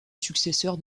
successeur